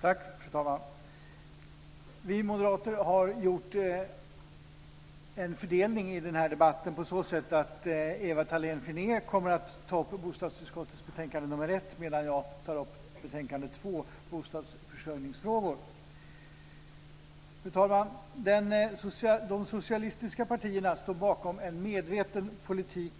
Fru talman! Vi moderater har gjort en fördelning i den här debatten på så sätt att Ewa Thalén Finné kommer att ta upp bostadsutskottets betänkande nr 1 medan jag tar upp betänkande nr 2, bostadsförsörjningsfrågor. Fru talman! De socialistiska partierna står för en medveten politik